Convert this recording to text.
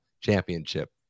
championship